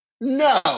No